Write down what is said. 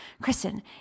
Kristen